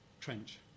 trench